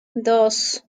dos